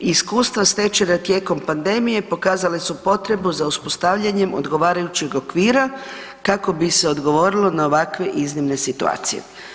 I iskustva stečena tijekom pandemije pokazale su potrebu za uspostavljanjem odgovarajućeg okvira kako bi se odgovorilo na ovakve iznimne situacije.